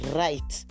right